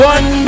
One